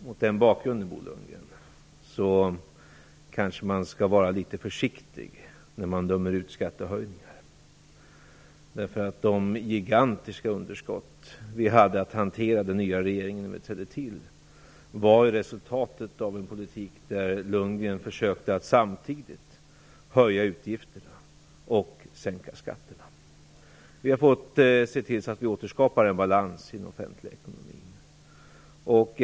Mot den bakgrunden skall man kanske vara litet försiktig, Bo Lundgren, när man dömer ut skattehöjningar. De gigantiska underskott som vi i den nya regeringen hade att hantera när vi trädde till var resultatet av en politik som innebar att Bo Lundgren försökte att höja utgifterna och samtidigt sänka skatterna. Vi har fått se till att det åter blir balans i den offentliga ekonomin.